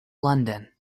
london